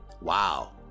Wow